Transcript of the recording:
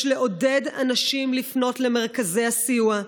יש לעודד אנשים לפנות למרכזי הסיוע,